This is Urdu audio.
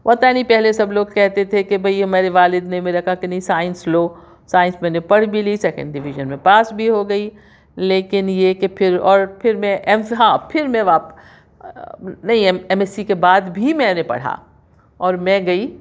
پتہ نہیں پہلے سب لوگ کہتے تھے کہ بھائی میرے والد نے میں نے کہا کہ نہیں سائنس لو سائنس میں نے پڑھ بھی لی سکنڈ ڈویزن میں پاس بھی ہوگئی لیکن یہ کہ پھر اور پھر میں ایم فل ہاں پھر میں نہیں ایم ایس سی کے بعد بھی میں نے پڑھا اور میں گئی